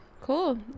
cool